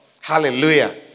Hallelujah